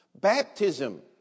Baptism